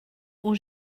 aux